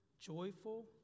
joyful